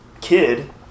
kid